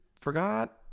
forgot